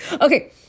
Okay